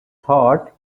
thought